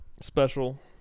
special